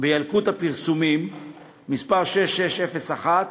בילקוט הפרסומים מס' 6601,